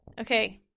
Okay